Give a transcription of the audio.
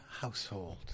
household